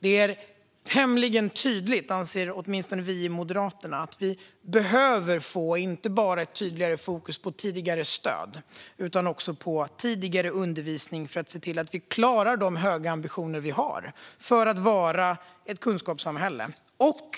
Det är tämligen tydligt, anser åtminstone vi i Moderaterna, att vi inte bara behöver få ett tydligare fokus på tidigare stöd utan också på tidigare undervisning för att se till att vi klarar de höga ambitioner vi har när det gäller att vara ett kunskapssamhälle och